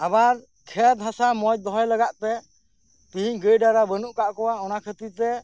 ᱟᱵᱟᱨ ᱠᱷᱮᱛ ᱦᱟᱥᱟ ᱢᱚᱸᱡᱽ ᱫᱚᱦᱟᱭ ᱞᱟᱜᱟᱫ ᱛᱮ ᱛᱤᱦᱤᱧ ᱜᱟᱹᱭ ᱰᱟᱝᱨᱟ ᱵᱟᱱᱩᱜ ᱠᱚᱣᱟ ᱚᱱᱟ ᱠᱷᱟᱹᱛᱤᱨ ᱛᱮ